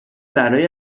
برای